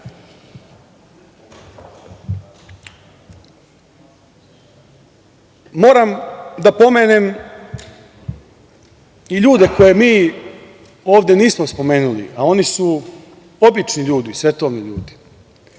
da pomenem i ljude koje mi ovde nismo spomenuli, a oni su obični ljudi, svetovni ljudi.